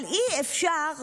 אבל אי-אפשר,